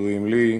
ידועים לי,